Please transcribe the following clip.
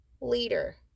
leader